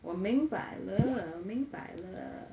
我明白了明白了